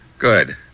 Good